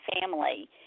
family